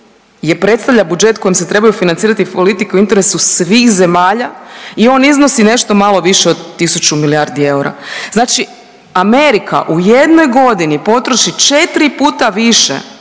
predstavlja budžet kojim se trebaju financirati politike u interesu svih zemalja i on iznosi nešto malo više od 1.000 milijardi eura. Znači Amerika u jednoj godini potroši četri puta više